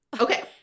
Okay